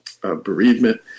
bereavement